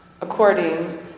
according